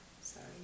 Sorry